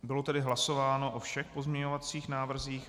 Bylo tedy hlasováno o všech pozměňovacích návrzích.